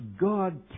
God